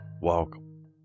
welcome